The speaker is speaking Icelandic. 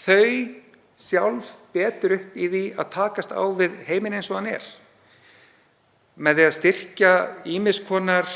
þau sjálf betur upp í því að takast á við heiminn eins og hann er, með því að styrkja ýmiss konar